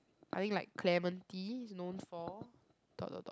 I think like clementi is known for dot dot dot